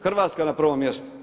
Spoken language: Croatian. Hrvatska na prvom mjestu?